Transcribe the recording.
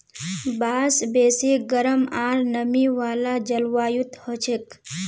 बांस बेसी गरम आर नमी वाला जलवायुत हछेक